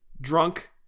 drunk